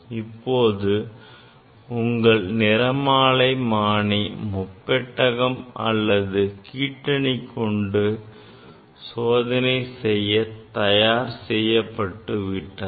இப்போது உங்கள் நிறமாலைமானி முப்பட்டகம் அல்லது கீற்றணி கொண்டு சோதனை செய்ய தயார் செய்யப்பட்டு விட்டது